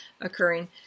occurring